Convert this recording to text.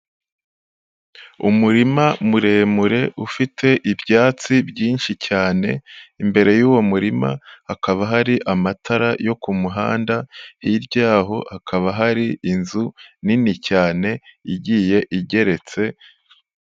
Umurima muremure ufite ibyatsi byinshi cyane, imbere y'uwo murima hakaba hari amatara yo ku muhanda, hirya y'aho hakaba hari inzu nini cyane igiye igeretse.